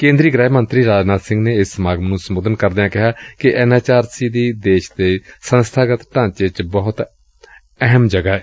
ਕੇਂਦਰੀ ਗ੍ਹਿ ਮੰਤਰੀ ਰਾਜਨਾਥ ਸਿੰਘ ਨੇ ਇਸ ਸਮਾਗਮ ਨੰ ਸੰਬੋਧਨ ਕਰਦਿਆਂ ਕਿਹਾ ਕਿ ਐਨ ਐਚ ਆਰ ਸੀ ਦੀ ਦੇਸ਼ ਦੇ ਸੰਸਬਾਗਤ ਢਾਂਚੇ ਵਿਚ ਬਹੁਤ ਹੀ ਅਹਿਮ ਸਬਾਨ ਏ